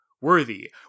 worthy